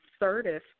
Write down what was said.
assertive